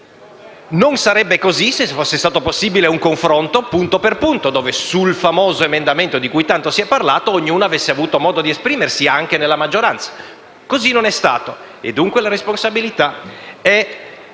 Non sarebbe così se fosse stato possibile un confronto punto per punto, in cui sul famoso emendamento di cui tanto si è parlato ognuno avesse avuto modo di esprimersi, anche nella maggioranza. Così non è stato e dunque la responsabilità è